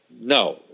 no